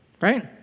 right